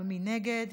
מי נגד?